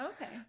Okay